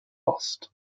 lost